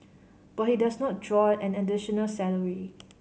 but he does not draw an additional salary